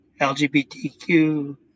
LGBTQ